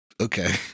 Okay